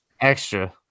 Extra